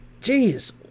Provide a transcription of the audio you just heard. Jeez